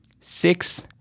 six